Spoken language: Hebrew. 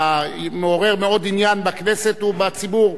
זה מעורר הרבה עניין בכנסת ובציבור,